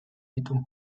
ditu